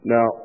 Now